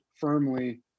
firmly